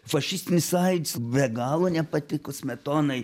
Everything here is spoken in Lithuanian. fašistinis aids be galo nepatiko smetonai